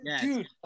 dude